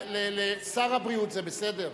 שר הבריאות ליצמן, זה בסדר?